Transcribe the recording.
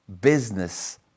business